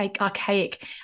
archaic